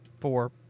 four